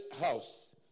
house